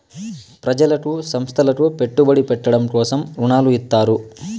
ప్రజలకు సంస్థలకు పెట్టుబడి పెట్టడం కోసం రుణాలు ఇత్తారు